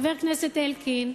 חבר הכנסת אלקין,